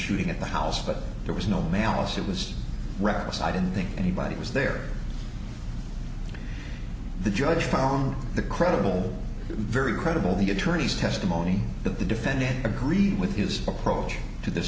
shooting at the house but there was no malice it was reckless i didn't think anybody was there the judge found the credible very credible the attorney's testimony that the defendant agreed with his approach to th